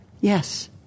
Yes